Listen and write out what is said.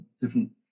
different